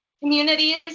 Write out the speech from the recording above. Communities